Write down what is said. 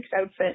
outfit